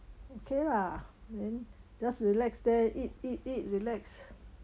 okay lah then just relax there eat eat eat relax